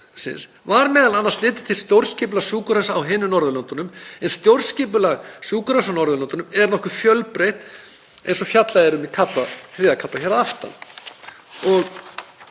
var meðal annars litið til stjórnskipulags sjúkrahúsa á hinum Norðurlöndunum en stjórnskipulag sjúkrahúsa á Norðurlöndunum er nokkuð fjölbreytt eins og fjallað er um í kafla 3 hér að aftan.“